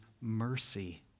mercy